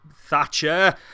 Thatcher